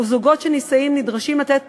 וזוגות שנישאים נדרשים לתת